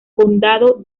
condado